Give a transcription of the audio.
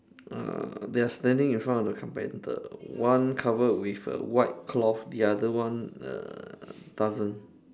uh they are standing in front of the carpenter one covered with a white cloth the other one err doesn't